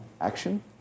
action